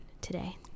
today